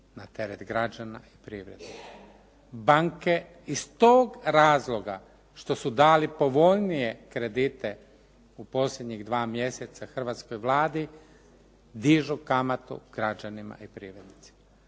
Na teret građana i privrednika. Banke iz tog razloga što su dali povoljnije kredite u posljednjih dva mjeseca hrvatskoj Vladi dižu kamatu građanima i privrednicima.